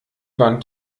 wand